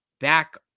back